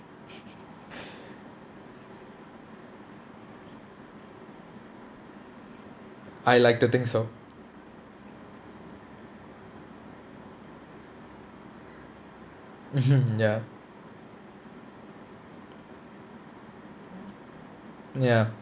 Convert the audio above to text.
I like to think so mmhmm ya ya